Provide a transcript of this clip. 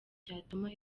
cyatuma